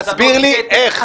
תסביר לי איך.